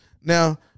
Now